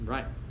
Right